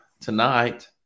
tonight